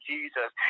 Jesus